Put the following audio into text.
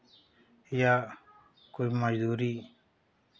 या कोई मज़दूरी